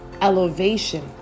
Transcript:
elevation